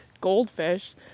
goldfish